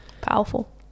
Powerful